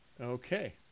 Okay